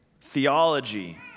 theology